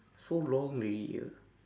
so long already ah